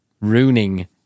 ruining